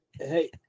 hey